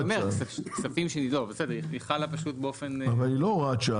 אני אומר, היא חלה פשוט -- אבל היא לא הוראת שעה.